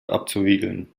abzuwiegeln